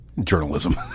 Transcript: journalism